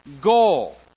goal